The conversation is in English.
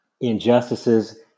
injustices